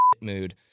mood